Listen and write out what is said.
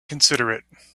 considerate